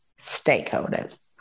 stakeholders